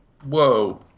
Whoa